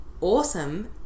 awesome